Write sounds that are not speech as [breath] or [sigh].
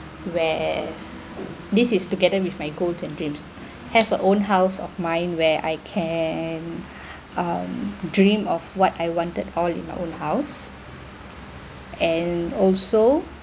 where this is together with my goal and dreams have a own house of mine where I can [breath] um dream of what I wanted all in our own house and also